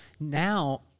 Now